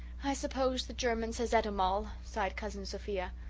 i suppose the germans has et em all, sighed cousin sophia.